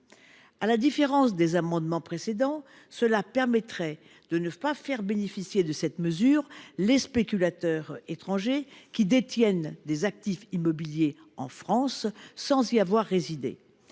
À la différence des précédents amendements, ce dispositif permettrait de ne pas faire bénéficier de cette mesure les spéculateurs étrangers qui détiennent des actifs immobiliers en France sans y résider.